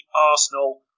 Arsenal